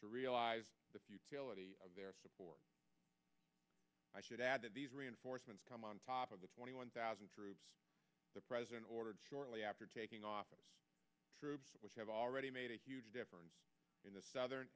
to realise the futility of their support i should add that these reinforcements come on top of the twenty one thousand troops the president ordered shortly after taking office which have already made a huge difference in the southern